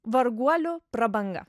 varguolių prabanga